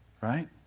right